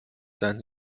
sein